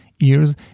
ears